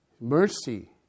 mercy